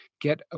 get